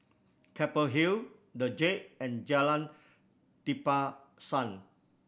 Keppel Hill The Jade and Jalan Tapisan